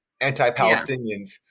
anti-Palestinians